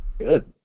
good